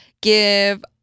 give